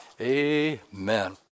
Amen